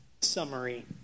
summary